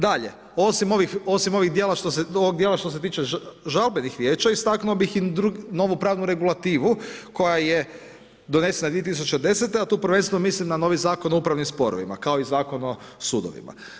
Dalje osim ovog dijela što se tiče žalbenih vijeća istaknuo bih i novu pravnu regulativu koja je donesena 2010. a tu prvenstveno mislim na novi Zakon o upravnim sporovima kao i Zakon o sudovima.